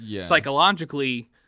psychologically